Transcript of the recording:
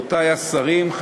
רבותי השרים,